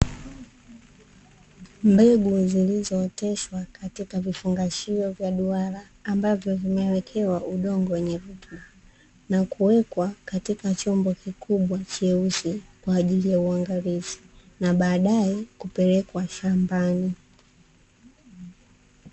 Mbegu zilizooteshwa katika vifungashio vya duara ambavyo vimewekewa udongo wenye rutuba, na kuwekwa katika chombo kikubwa cheusi kwaajili ya uangalizi na baadae kupelekwa shambani.